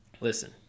Listen